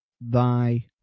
thy